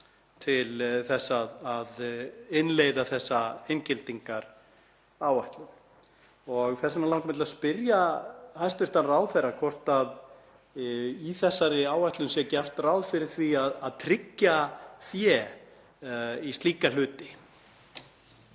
til þess að innleiða þessa inngildingaráætlun. Þess vegna langar mig að spyrja hæstv. ráðherra hvort í þessari áætlun sé gert ráð fyrir því að tryggja fé í slíka hluti.